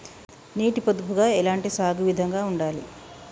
నీటి పొదుపుగా ఎలాంటి సాగు విధంగా ఉండాలి?